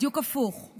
בדיוק הפוך.